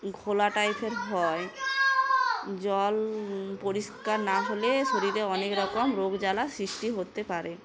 ঘোলা টাইপের হয় জল পরিষ্কার না হলে শরীরে অনেক রকম রোগ জ্বালা সৃষ্টি হতে পারে